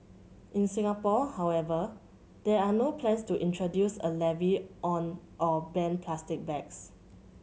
in Singapore however there are no plans to introduce a levy on or ban plastic bags